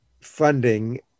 funding